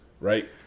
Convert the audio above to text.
Right